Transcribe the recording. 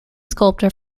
sculptor